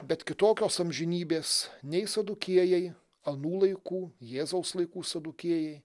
bet kitokios amžinybės nei sadukiejai anų laikų jėzaus laikų sadukėjai